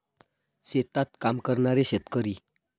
शेतात काम करणारे शेतकरी